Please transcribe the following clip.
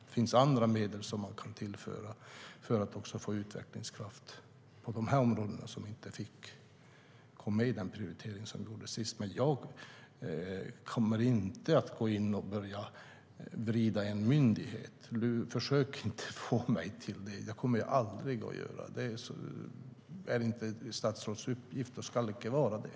Det finns andra medel som man kan tillföra för att få utvecklingskraft även i de områden som inte kom med i den prioritering som gjordes senast. Men jag kommer inte att gå in och börja vrida om en myndighet. Försök inte få mig till det! Det kommer jag aldrig att göra. Det är inte ett statsråds uppgift och ska inte vara det.